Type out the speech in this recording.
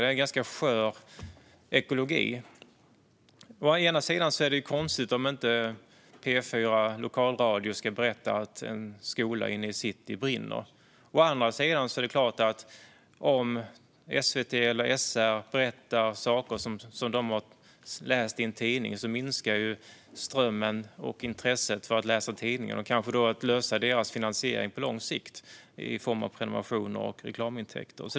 Det är en ganska skör ekologi. Å ena sidan blir det konstigt om inte P4:s lokalradio ska berätta att en skola inne i city brinner, men å andra sidan är det klart att om SVT eller SR berättar saker som de har läst i en tidning minskar strömmen och intresset för att läsa tidningar och därmed lösningen av tidningarnas finansiering i form av prenumerationer och reklamintäkter på lång sikt.